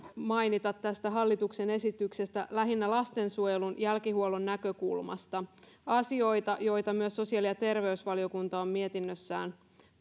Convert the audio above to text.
mainita tästä hallituksen esityksestä lähinnä lastensuojelun jälkihuollon näkökulmasta asioita joita myös sosiaali ja terveysvaliokunta on mietinnössään